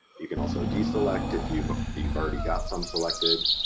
you can also deselect if you've you've already got some selected,